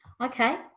Okay